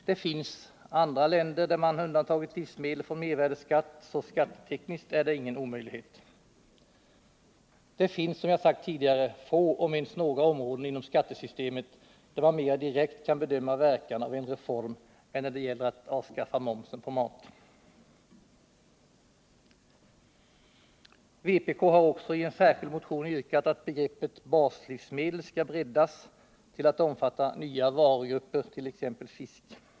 Det finns andra länder där man just undantagit livsmedel från mervärdeskatt, så skattetekniskt är det ingen omöjlighet. Det finns, som jag sagt tidigare, få om ens några områden inom skattesystemet där man mera direkt kan bedöma verkan av en reform än när det gäller att avskaffa momsen på mat. Vpk har också i en särskild motion yrkat att begreppet baslivsmedel skall breddas till att omfatta nya varugrupper, t.ex. fisk.